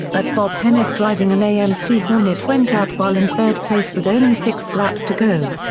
but bob hennig driving an amc hornet went out while in third place with only six laps to go.